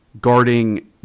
guarding